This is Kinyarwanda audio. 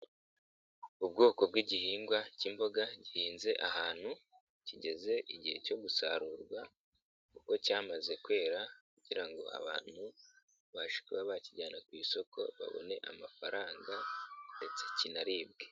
Ubwoko bw'igihingwa k'imboga gihinze ahantu kigeze igihe cyo gusarurwa kuko cyamaze kwera kugira ngo abantu babashe kuba bakijyana ku isoko babone amafaranga ndetse kinaribwe.